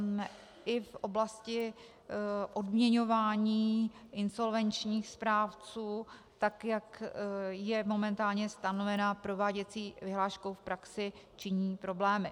I v oblasti odměňování insolvenčních správců tak, jak je momentálně stanovena prováděcí vyhláškou v praxi, činí problémy.